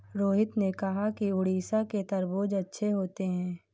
रोहित ने कहा कि उड़ीसा के तरबूज़ अच्छे होते हैं